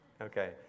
Okay